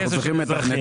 אנחנו צריכים מתכנתים.